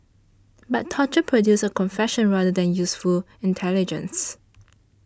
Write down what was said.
but torture produces a confession rather than useful intelligence